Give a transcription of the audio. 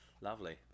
Lovely